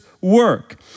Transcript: work